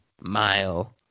mile